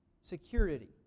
security